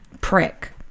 prick